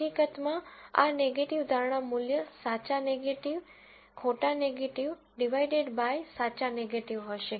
હકીકતમાં આ નેગેટીવ ધારણા મૂલ્ય સાચા નેગેટીવ ખોટા નેગેટીવ ડીવાઈડેડ બાય સાચા નેગેટીવ હશે